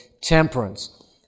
temperance